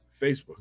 Facebook